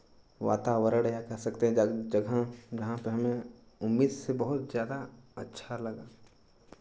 वातावरण या कह सकते हैं जगह जहाँ पे हमें उम्मीद से बहुत ज़्यादा अच्छा लगा